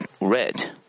red